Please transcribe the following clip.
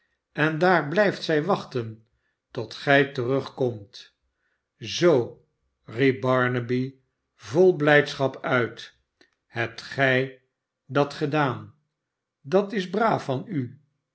en daar blijft zij wachten tot gij terugkomt zoo riep barnaby vol blijdschap uit hebt gij dat gedaan dat is braaf van u